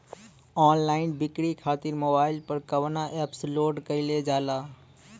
Online बिक्री खातिर mobile पर कवना एप्स लोन कईल जाला?